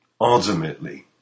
Ultimately